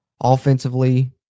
offensively